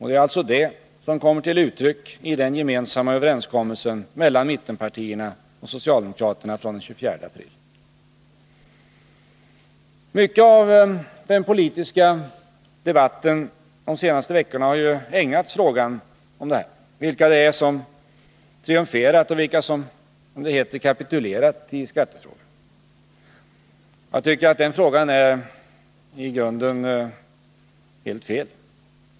Det är alltså det som kommer till uttryck i den gemensamma överenskommelsen mellan mittenpartierna och socialdemokraterna från den 24 april. Mycket av den politiska debatten de senaste veckorna har ägnats frågan vilka det är som triumferat och vilka som, som det heter, kapitulerat i skattefrågan. Jag tycker att den frågan i grunden är helt fel.